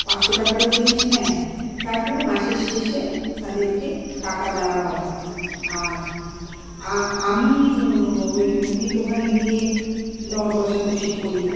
পাঁচশো টাকারও জিনিস নেয় তারপরে মাসের শেষে তাদেরকে টাকা দেওয়া হয় আর আমি ওই মুদির দোখানে গিয়ে দর কষাকষি করি না